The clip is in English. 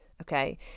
okay